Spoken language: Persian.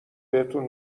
بهتون